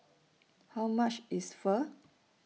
How much IS Pho